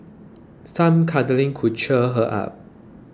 some cuddling could cheer her up